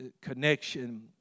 connection